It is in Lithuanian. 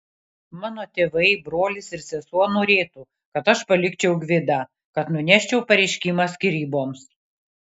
mano tėvai brolis ir sesuo norėtų kad aš palikčiau gvidą kad nuneščiau pareiškimą skyryboms